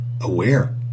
aware